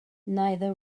neither